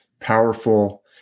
powerful